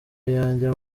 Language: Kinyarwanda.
yanjye